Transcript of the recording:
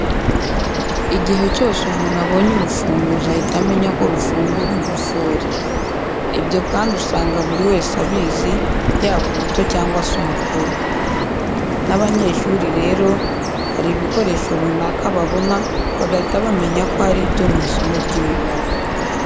Igihe cyose umuntu abonye urufunguzo ahita amenya ko rufungura ingufuri. Ibyo kandi usanga buri wese abizi, yaba umuto cyangwa se umukuru. N'abanyeshuri rero bari ibikoresho runaka babona, bagahita bamenya ko ari ibyo mu isomo ry'imibare.